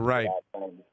Right